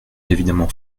évidemment